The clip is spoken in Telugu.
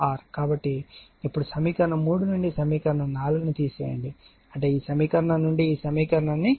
కాబట్టి ఇప్పుడు సమీకరణం 3 నుండి సమీకరణం 4 ను తీసివేయండి అంటే ఈ సమీకరణం నుండి ఈ సమీకరణం ని తీసివేయండి